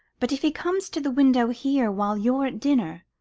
but if he comes to the window here while you're at dinner,